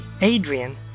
Adrian